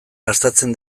gastatzen